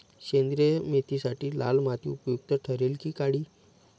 सेंद्रिय मेथीसाठी लाल माती उपयुक्त ठरेल कि काळी?